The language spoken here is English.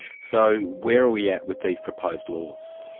so where are we at with these proposed laws?